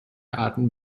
arten